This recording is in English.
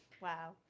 Wow